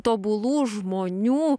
tobulų žmonių